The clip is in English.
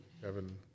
Kevin